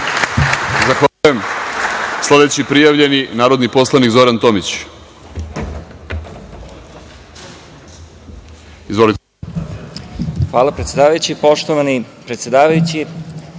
Zahvaljujem. Sledeći prijavljen, narodni poslanik Zoran Tomić.